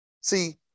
See